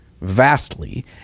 vastly